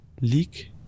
Leak